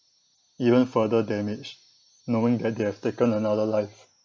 even further damage knowing that they have taken another life